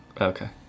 Okay